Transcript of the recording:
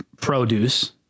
produce